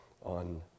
On